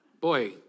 Boy